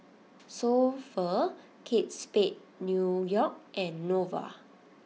So Pho Kate Spade New York and Nova